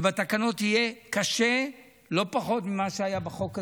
ובתקנות יהיה קשה לא פחות ממה שהיה בחוק הזה.